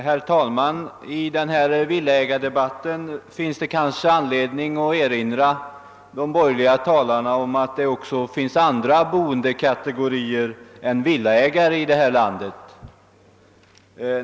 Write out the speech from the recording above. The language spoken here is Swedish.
Herr talman! I den här villaägardebatten finns det kanske anledning att erinra de borgerliga talarna om att det också finns andra boendekategorier i detta land än villaägare.